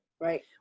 Right